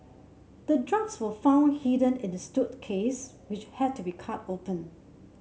the drugs were found hidden in the which had to be cut open